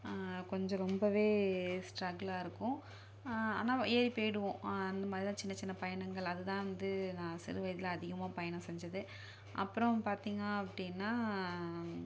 கொஞ்சம் ரொம்ப ஸ்ட்ரகிலாக இருக்கும் ஆனால் ஏறி போய்டுவோம் அந்தமாதிரிதான் சின்ன சின்ன பயணங்கள் அதுதான் வந்து நான் சிறு வயதில் பயணம் செஞ்சது அப்புறம் பார்த்திங்க அப்படின்னா